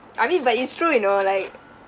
I mean but it's true you know like